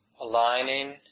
Aligning